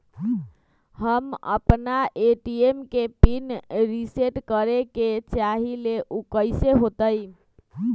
हम अपना ए.टी.एम के पिन रिसेट करे के चाहईले उ कईसे होतई?